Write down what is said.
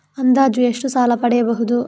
ಅಂದಾಜು ಎಷ್ಟು ಸಾಲ ಪಡೆಯಬಹುದು?